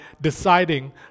deciding